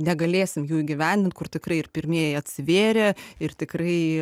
negalėsim jų įgyvendint kur tikrai ir pirmieji atsivėrė ir tikrai